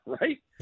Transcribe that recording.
right